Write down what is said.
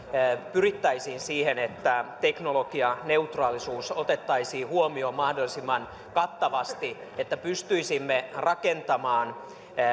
pyrittäisiin siihen että teknologianeutraalisuus otettaisiin huomioon mahdollisimman kattavasti että pystyisimme rakentamaan